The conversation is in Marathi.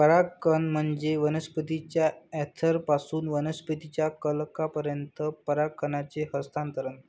परागकण म्हणजे वनस्पतीच्या अँथरपासून वनस्पतीच्या कलंकापर्यंत परागकणांचे हस्तांतरण